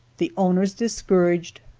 the owners discouraged,